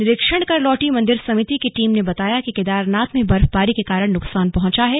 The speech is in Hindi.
निरीक्षण कर लौटी मंदिर समिति की टीम ने बताया कि केदारनाथ में बर्फबारी के कारण नुकसान पहुंचा है